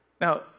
Now